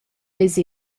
eis